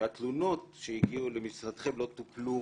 שהתלונות שהגיעו למשרדכם לא טופלו